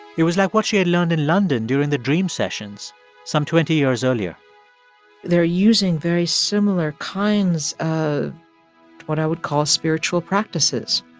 it was like what she had learned in london during the dream sessions some twenty years earlier they're using very similar kinds of what i would call spiritual practices.